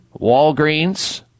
Walgreens